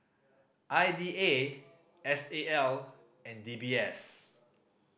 I D A S A L and D B S